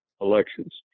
elections